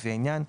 לפי העניין,